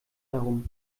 darum